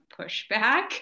pushback